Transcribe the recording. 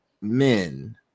men